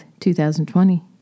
2020